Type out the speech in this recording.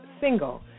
single